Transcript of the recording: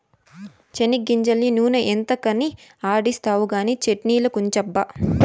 చెనిగ్గింజలన్నీ నూనె ఎంతకని ఆడిస్తావు కానీ చట్ట్నిలకుంచబ్బా